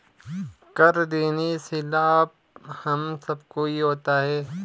कर देने से लाभ हम सबको ही होता है